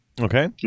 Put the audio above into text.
Okay